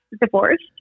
divorced